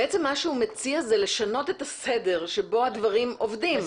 בעצם מה שהוא מציע זה לשנות את הסדר שבו הדברים עובדים.